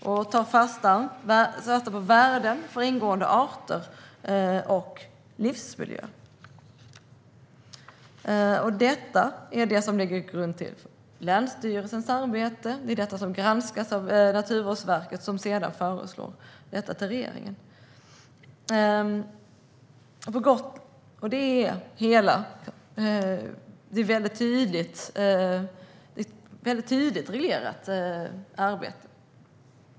De tar fasta på värden för ingående arter och livsmiljö. Detta är vad som ligger till grund för länsstyrelsens arbete. Det är detta som granskas av Naturvårdsverket, som sedan ger förslag till regeringen. Arbetet är väldigt tydligt reglerat.